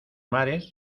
mares